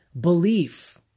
belief